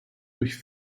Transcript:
durch